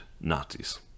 Nazis